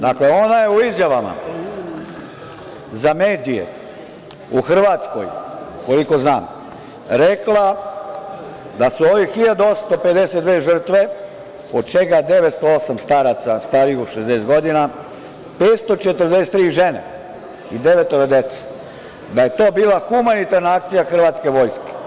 Dakle, ona je u izjavama za medije u Hrvatskoj, koliko znam, rekla da su ove 1.852 žrtve, od čega je 908 staraca, starijih od 60 godina, 543 žene i devetoro dece, da je to bila humanitarna akcija hrvatske vojske.